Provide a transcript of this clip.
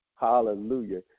hallelujah